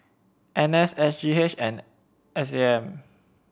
N S S G H and S A M